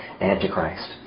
Antichrist